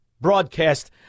broadcast